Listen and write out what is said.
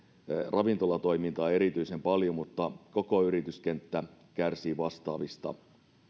ravintolatoimintaa erityisen paljon mutta koko yrityskenttä kärsii vastaavista